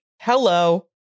Hello